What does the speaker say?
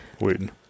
waiting